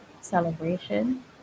celebration